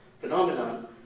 phenomenon